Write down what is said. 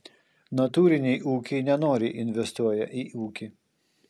natūriniai ūkiai nenoriai investuoja į ūkį